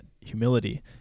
humility